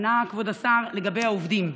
ענה כבוד השר לגבי העובדים,